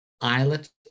islet